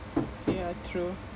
ya true